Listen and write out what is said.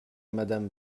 madame